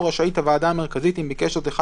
או רשאית הוועדה המרכזית אם ביקש זאת אחד